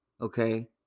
okay